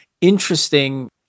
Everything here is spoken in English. interesting